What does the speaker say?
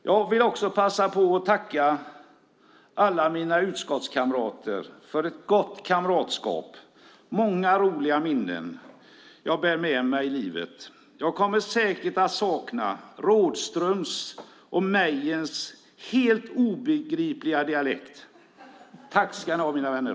Jag vill också passa på att tacka alla mina utskottskamrater för ett gott kamratskap och många roliga minnen som jag bär med mig i livet. Jag kommer säkert att sakna Rådhströms och Mejerns helt obegripliga dialekt. Tack ska ni ha, mina vänner!